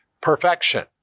perfection